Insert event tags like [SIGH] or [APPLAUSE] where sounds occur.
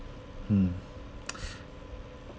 mm [NOISE]